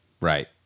Right